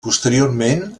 posteriorment